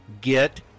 get